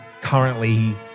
currently